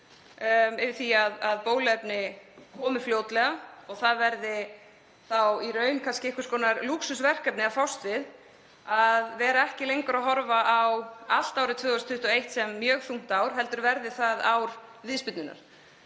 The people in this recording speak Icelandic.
á að bóluefni komi fljótlega og það verði þá í raun einhvers konar lúxusverkefni að fást við að vera ekki lengur að horfa á allt árið 2021 sem mjög þungt ár heldur verði það ár viðspyrnunnar.